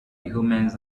omens